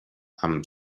amb